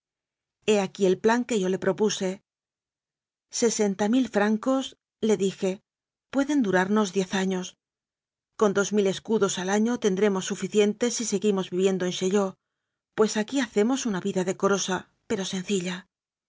he aquí el plan que yo le propuse sesenta mil francosle dijepueden duramos diez años con dos mil escudos al año tendremos suficiente si seguimos viviendo en chaillot pues aquí hacemos una vida decorosa pero sencilla